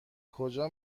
کجا